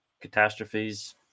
catastrophes